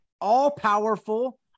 all-powerful